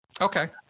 Okay